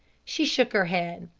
she shook her head.